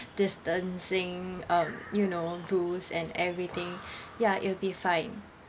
distancing um you know rules and everything ya it'll be fine